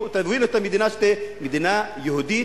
תובילו את המדינה שתהיה מדינה יהודית,